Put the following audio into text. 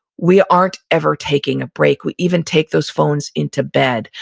we aren't ever taking a break we even take those phones into bed.